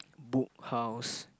Book House